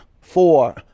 four